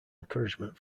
encouragement